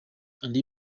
andi